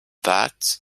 that